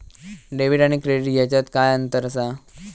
Debit आणि credit ह्याच्यात काय अंतर असा?